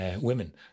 women